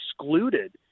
excluded